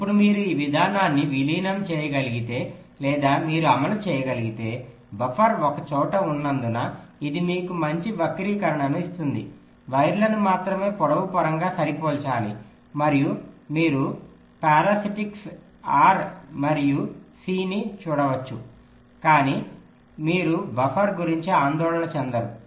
ఇప్పుడు మీరు ఈ విధానాన్ని విలీనం చేయగలిగితే లేదా మీరు అమలు చేయగలిగితే బఫర్ ఒకే చోట ఉన్నందున ఇది మీకు మంచి వక్రీకరణను ఇస్తుంది వైర్లను మాత్రమే పొడవు పరంగా సరిపోల్చాలి మరియు మీరుపారాసిటిక్స్ R మరియు C ని చూడవచ్చు కానీ మీరు బఫర్ గురించి ఆందోళన చెందరు